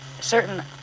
certain